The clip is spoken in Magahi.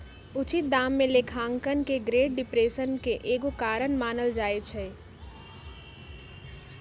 उचित दाम लेखांकन के ग्रेट डिप्रेशन के एगो कारण मानल जाइ छइ